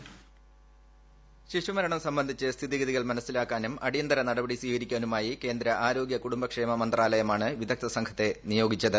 voice ശിശുമരണം സംബന്ധിച്ച് സ്ഥിതിഗതി മനസ്റ്റിലാക്കാനും അടിയന്തര നടപടി സ്വീകരിക്കാനുമായി കേന്ദ്ര ആരോഗ്യ കുടുംബക്ഷേമ മന്ത്രാലയമാണ് വിദഗ്ധ സംഘത്തെ നിയോഗിച്ചത്